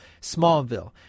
smallville